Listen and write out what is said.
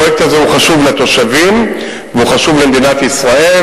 הפרויקט הזה חשוב לתושבים וחשוב למדינת ישראל,